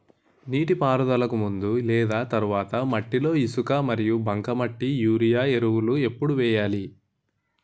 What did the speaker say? నీటిపారుదలకి ముందు లేదా తర్వాత మట్టిలో ఇసుక మరియు బంకమట్టి యూరియా ఎరువులు ఎప్పుడు వేయాలి?